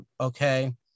okay